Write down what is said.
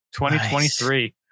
2023